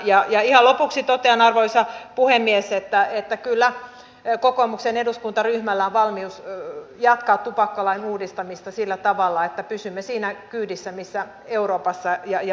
ja ihan lopuksi totean arvoisa puhemies että kyllä kokoomuksen eduskuntaryhmällä on valmius jatkaa tupakkalain uudistamista sillä tavalla että pysymme siinä kyydissä missä euroopassa ja maailmassa mennään